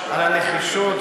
על הנחישות,